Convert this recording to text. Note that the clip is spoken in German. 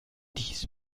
dies